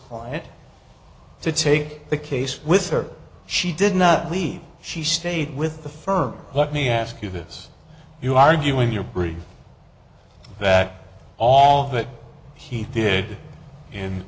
client to take the case with her she did not leave she stayed with the firm let me ask you this you argue in your brief that all that he did